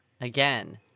Again